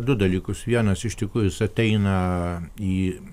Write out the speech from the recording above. du dalykus vienas iš tikrųjų jis ateina į